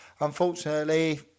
unfortunately